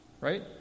right